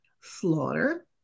Slaughter